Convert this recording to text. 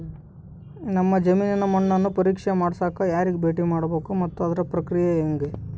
ನಮ್ಮ ಜಮೇನಿನ ಮಣ್ಣನ್ನು ಪರೇಕ್ಷೆ ಮಾಡ್ಸಕ ಯಾರಿಗೆ ಭೇಟಿ ಮಾಡಬೇಕು ಮತ್ತು ಅದರ ಪ್ರಕ್ರಿಯೆ ಹೆಂಗೆ?